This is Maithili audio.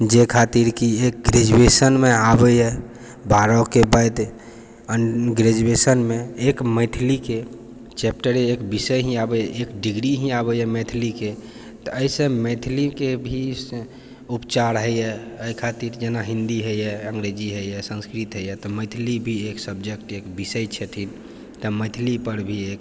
जाहि खातिर की एक ग्रैजूएशनमे आबैए बारहके बाद ग्रैजूएशनमे एक मैथिलीके चैप्टर एक विषय ही आबै यऽ एक डिग्री ही आबै यऽ मैथिलीके तऽ एहिसँ मैथिलीके भी उपचार होइए एहि खातिर जेना हिन्दी होइए अंग्रेजी होइए संस्कृत होइए तऽ मैथिली भी एक सबजेक्ट एक विषय छथिन तऽ मैथिलीपर भी एक